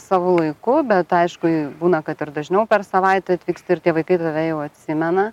savu laiku bet aišku būna kad ir dažniau per savaitę atvyksti ir tie vaikai jau atsimena